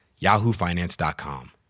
yahoofinance.com